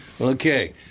Okay